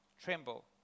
tremble